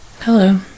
Hello